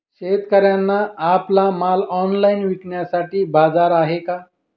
शेतकऱ्यांना आपला माल ऑनलाइन विकण्यासाठी बाजार आहे का?